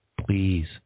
Please